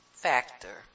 factor